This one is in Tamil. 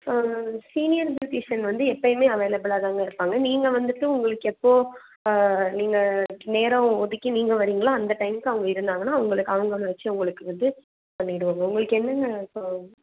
ஸோ சீனியர் ப்யூட்டிஷன் வந்து எப்பையுமே அவைளபுலாகதாங்க இருப்பாங்க நீங்கள் வந்துவிட்டு உங்களுக்கு எப்போ நீங்கள் நேரம் ஒதுக்கி நீங்கள் வரீங்களோ அந்த டைம்க்கு அவங்க இருந்தாங்கன்னா உங்களுக்கு அவங்கள வச்சு உங்களுக்கு வந்து பண்ணி விடுவோங்க உங்களுக்கு என்னென்ன இப்போ